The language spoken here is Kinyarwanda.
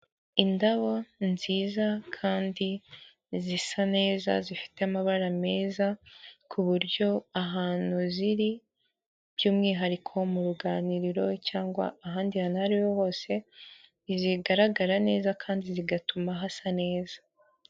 Indabo nziza kandi zisa neza zifite amabara meza ku buryo ahantu ziri by'umwihariko mu ruganiriro cyangwa ahandi hantu aho ariho hose ntizigaragara neza kandi zigatuma hasa neza.